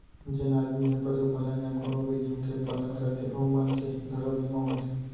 जेन आदमी ह पसुपालन या कोनों भी जीव के पालन करथे ओ मन के घलौ बीमा होथे